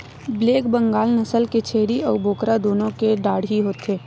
black Bengal नसल के छेरी अउ बोकरा दुनो के डाढ़ही होथे